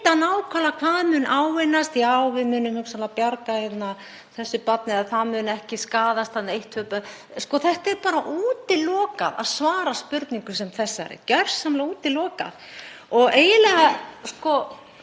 nákvæmlega hvað mun ávinnast? Já, við munum hugsanlega bjarga þessu barni, það mun ekki skaðast. Eitt, tvö börn. Það er bara útilokað að svara spurningu sem þessari, gjörsamlega útilokað. Og eiginlega,